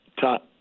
top